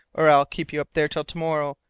or i'll keep you up there until to-morrow.